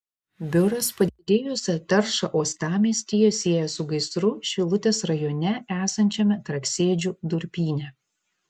biuras padidėjusią taršą uostamiestyje sieja su gaisru šilutės rajone esančiame traksėdžių durpyne